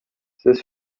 c’est